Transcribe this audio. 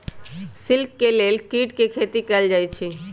silk के लेल कीट के खेती कएल जाई छई